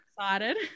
excited